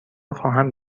خواهم